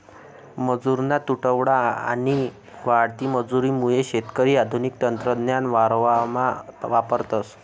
मजुरना तुटवडा आणि वाढती मजुरी मुये शेतकरी आधुनिक तंत्रज्ञान वावरमा वापरतस